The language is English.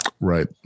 right